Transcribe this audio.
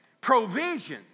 provision